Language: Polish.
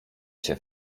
się